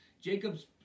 Jacobs